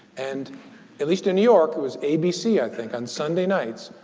and at least in new york, it was abc, i think, on sunday nights,